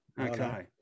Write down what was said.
Okay